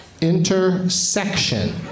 Intersection